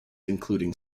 including